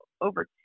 over